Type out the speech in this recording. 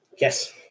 yes